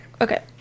Okay